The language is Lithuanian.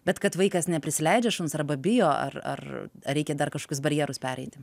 bet kad vaikas neprisileidžia šuns arba bijo ar ar ar reikia dar kažkokius barjerus pereiti